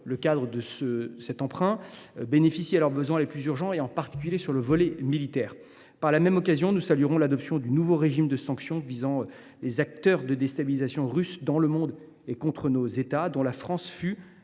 le cadre de cet emprunt bénéficie à leurs besoins les plus urgents, en particulier sur le volet militaire. Par la même occasion, nous saluerons l’adoption du nouveau régime de sanctions visant les acteurs russes de déstabilisation dans le monde et contre nos États, dont la France fut,